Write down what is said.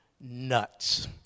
nuts